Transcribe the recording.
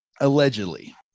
allegedly